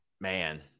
man